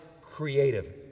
creative